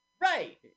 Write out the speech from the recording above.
Right